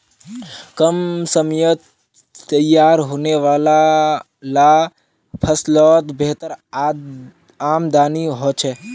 कम समयत तैयार होने वाला ला फस्लोत बेहतर आमदानी होछे